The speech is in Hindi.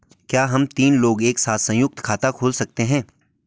क्या हम तीन लोग एक साथ सयुंक्त खाता खोल सकते हैं?